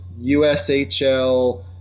USHL